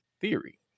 Theory